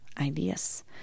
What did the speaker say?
ideas